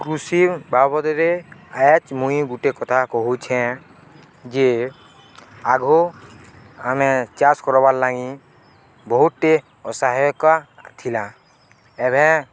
କୃଷି ବାବଦରେ ଆଜ୍ ମୁଇଁ ଗୁଟେ କଥା କହୁଛେଁ ଯେ ଆଗ ଆମେ ଚାଷ କରବାର୍ ଲାଗି ବହୁତଟି ଅସହାୟକ ଥିଲା ଏବେ